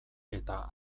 eta